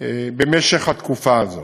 במשך התקופה הזאת.